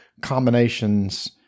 combinations